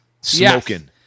Smoking